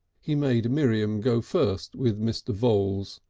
he made miriam go first with mr. voules,